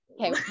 Okay